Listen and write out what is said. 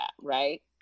Right